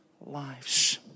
lives